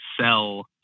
sell